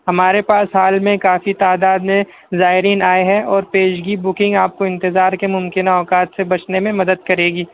ہمارے پاس حال میں کافی تعداد میں زائرین آئے ہیں اور پیشگی بکنگ آپ کو انتظار کے ممکنہ اوقات سے بچنے میں مدد کرے گی